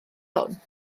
hwn